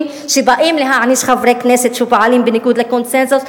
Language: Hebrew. שבאים להעניש חברי כנסת שפועלים בניגוד לקונסנזוס,